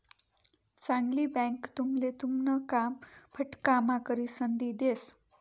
चांगली बँक तुमले तुमन काम फटकाम्हा करिसन दी देस